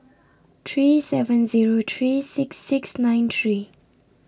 three seven Zero three six six nine three